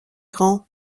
grand